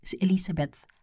Elizabeth